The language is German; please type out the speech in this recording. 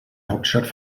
hauptstadt